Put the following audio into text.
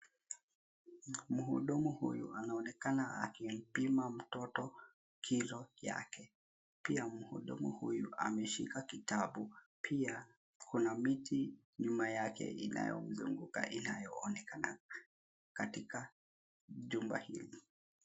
Mhudumu huyu anaonekana akipima mtoto kilo yake .pia mhudumu huyu ameshika kitabu ,pia kuna miti nyuma yake ,inayozunguka inayo onekana katika jumba hili.